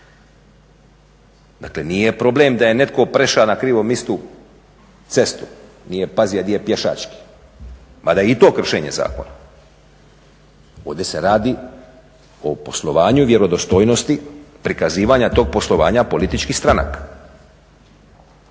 Dakle, nije problem da je netko prešao na krivom mistu cestu, nije pazija di je pješački mada je i to kršenje zakona. Ovdje se radi o poslovanju i vjerodostojnosti prikazivanja tog poslovanja političkih stranaka.